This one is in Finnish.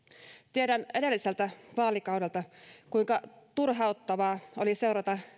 tiedän edelliseltä vaalikaudelta kuinka turhauttavaa oli seurata